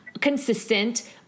consistent